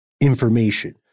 information